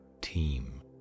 team